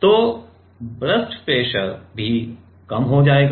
तो burst pressure भी कम हो जाएगा